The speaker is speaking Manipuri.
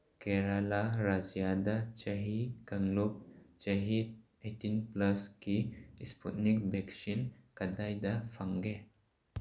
ꯀꯦꯔꯂꯥ ꯔꯥꯖ꯭ꯌꯥꯗ ꯆꯍꯤ ꯀꯥꯡꯜꯨꯞ ꯆꯍꯤ ꯑꯩꯇꯤꯟ ꯄ꯭ꯂꯁꯀꯤ ꯏꯁꯄꯨꯠꯕꯤꯛ ꯚꯦꯛꯁꯤꯟ ꯀꯗꯥꯏꯗ ꯐꯪꯒꯦ